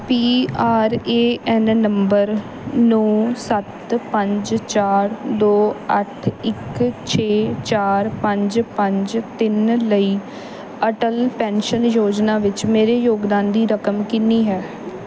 P R A N number ਨੌਂ ਸੱਤ ਪੰਜ ਚਾਰ ਦੋ ਅੱਠ ਇੱਕ ਛੇ ਚਾਰ ਪੰਜ ਪੰਜ ਤਿੰਨ ਲਈ ਅਟਲ ਪੈਨਸ਼ਨ ਯੋਜਨਾ ਵਿੱਚ ਮੇਰੇ ਯੋਗਦਾਨ ਦੀ ਰਕਮ ਕਿੰਨੀ ਹੈ